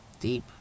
deep